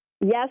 Yes